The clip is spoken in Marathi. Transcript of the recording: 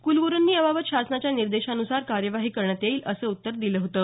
कुलगुरूनी याबाबत शासनाच्या निर्देशानुसार कार्यवाही करण्यात येईल असं उत्तर दिलं होतं